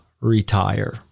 retire